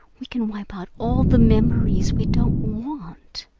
we can wipe out all the memories we don't want.